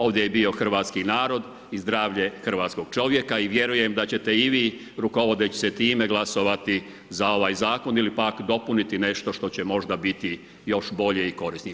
Ovdje je bio hrvatski narod i zdravlje hrvatskog čovjeka i vjerujem da ćete i vi rukovodeći se time glasovati za ovaj zakon ili pak dopuniti nešto što će možda biti još bolje i korisnije.